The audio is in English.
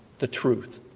the truth.